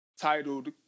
titled